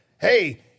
hey